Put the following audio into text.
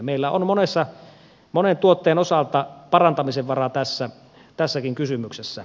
meillä on monen tuotteen osalta parantamisen varaa tässäkin kysymyksessä